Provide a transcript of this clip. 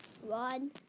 One